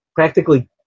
Practically